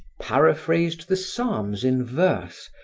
paraphrased the psalms in verse,